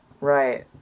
right